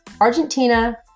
Argentina